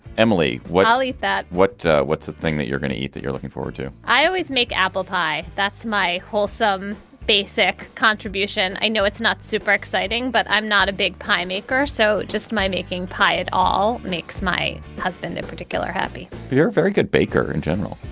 emily what? i'll eat that. what what's the thing that you're going to eat that you're looking forward to? i always make apple pie. that's my whole some basic contribution. i know it's not super exciting, but i'm not a big pie maker. so just my making pie. it all makes my husband in particular happy you're very good, baker in general.